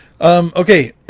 Okay